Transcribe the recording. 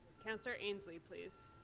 counselor ainslie, please.